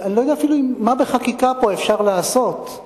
אני לא יודע אפילו מה אפשר לעשות פה בחקיקה,